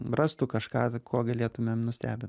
rastų kažką kuo galėtumėm nustebint